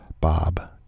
Bob